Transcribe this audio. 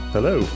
Hello